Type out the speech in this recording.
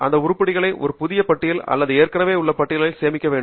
இந்த உருப்படிகளை ஒரு புதிய பட்டியல் அல்லது ஏற்கனவே உள்ள பட்டியலாக சேமிக்க வேண்டும்